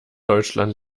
deutschland